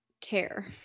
care